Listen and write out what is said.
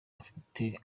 bafite